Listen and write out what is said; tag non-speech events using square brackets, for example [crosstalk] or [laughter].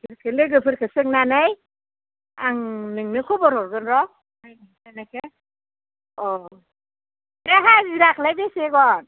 लोगोफोरखौ सोंनानै आं नोंनो खबर हरगोन र' [unintelligible] अह बे हाजिराखौलाय बेसे हगोन